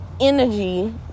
energy